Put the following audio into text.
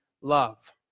love